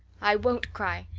i won't cry.